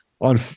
on